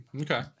Okay